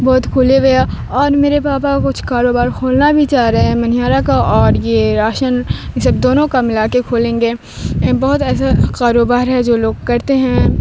بہت کھلے ہوئے اور میرے پاپا کچھ کاروبار کھولنا بھی چاہ رہے ہے منیہارا کا اور یہ راشن یہ سب دونوں کا ملا کے کھولیں گے بہت ایسا کاروبار ہے جو لوگ کرتے ہیں